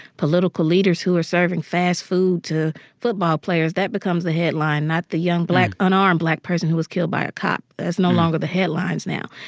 political leaders who are serving fast food to football players, that becomes the headline, not the young, black unarmed black person who was killed by a cop. that's no longer the headlines now.